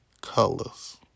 colors